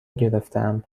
گرفتهام